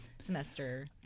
semester